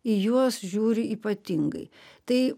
į juos žiūri ypatingai tai